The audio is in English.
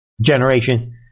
generations